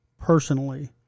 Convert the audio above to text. personally